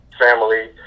family